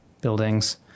buildings